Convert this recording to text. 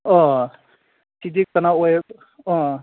ꯑꯥ ꯁꯤꯗꯤ ꯀꯅꯥ ꯑꯣꯏ ꯑꯥ